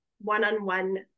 one-on-one